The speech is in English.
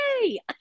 yay